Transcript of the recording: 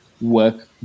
work